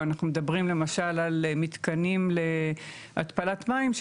או אנחנו מדברים למשל על מתקנים להתפלת מים,